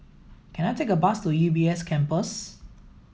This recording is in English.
can I take a bus to U B S Campus